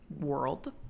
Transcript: world